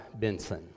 Benson